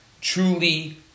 truly